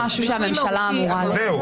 זה לא משהו שהממשלה אמורה ל --- זהו.